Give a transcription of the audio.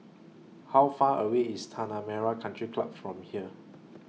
How Far away IS Tanah Merah Country Club from here